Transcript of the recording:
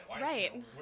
Right